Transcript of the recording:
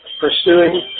pursuing